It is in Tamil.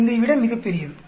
05 ஐ விட மிக பெரியது